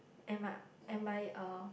and my and my uh